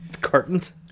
curtains